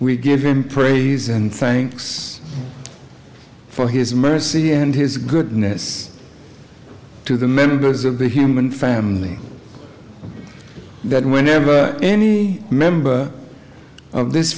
we give him praise and thanks for his mercy and his goodness to the members of the human family that whenever any member of this